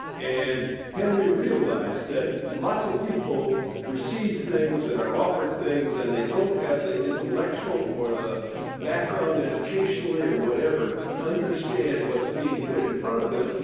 and henry realized that lots of people received things and are offered things, and they don't have the intellectual or the background educationally or whatever to understand what's being put in front of them,